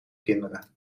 kinderen